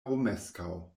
romeskaŭ